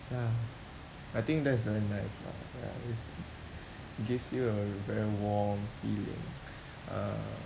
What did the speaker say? ya I think that's very nice lah ya it's gives you a very warm feeling uh